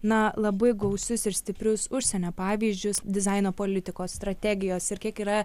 na labai gausius ir stiprius užsienio pavyzdžius dizaino politikos strategijos ir kiek yra